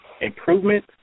Improvement